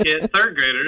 third-graders